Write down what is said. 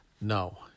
No